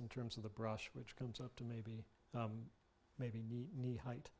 in terms of the brush which comes up to maybe maybe need knee height